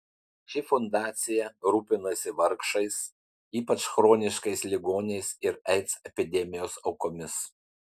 ši fundacija rūpinasi vargšais ypač chroniškais ligoniais ir aids epidemijos aukomis